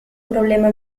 problema